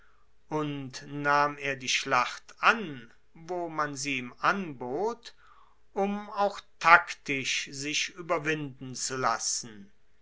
und nahm er die schlacht an wo man sie ihm anbot um auch taktisch sich ueberwinden zu lassen